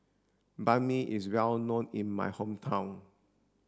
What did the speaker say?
Banh Mi is well known in my hometown